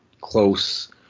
close